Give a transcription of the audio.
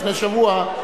לפני שבוע,